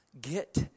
get